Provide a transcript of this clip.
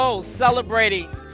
Celebrating